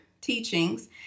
teachings